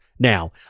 Now